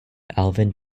alvin